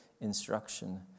instruction